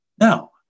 Now